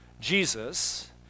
Jesus